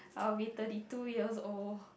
I will be thirty two years old